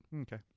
Okay